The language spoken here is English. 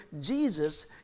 Jesus